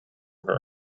her